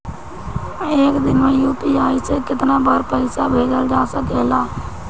एक दिन में यू.पी.आई से केतना बार पइसा भेजल जा सकेला?